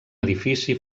edifici